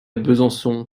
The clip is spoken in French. besançon